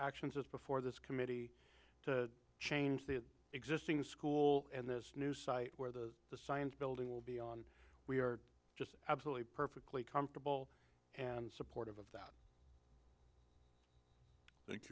actions as before this committee change the existing school and this new site where the the science building will be on we are just absolutely perfectly comfortable and supportive of that th